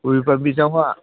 ꯀꯣꯕꯤ ꯄꯥꯝꯕꯤ ꯆꯥꯝꯃꯉꯥ